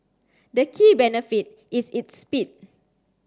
the key benefit is its speed